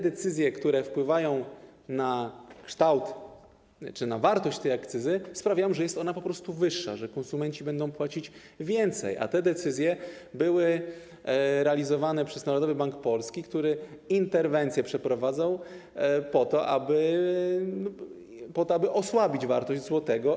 Decyzje, które wpływają na kształt czy na wartość tej akcyzy, sprawiają, że jest ona po prostu wyższa, że konsumenci będą płacić więcej, a te decyzje były realizowane przez Narodowy Bank Polski, który przeprowadzał interwencję, po to żeby osłabić wartość złotego.